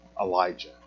Elijah